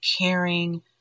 caring